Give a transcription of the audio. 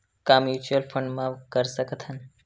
का mutual fund म कर सकत हन?